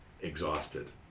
exhausted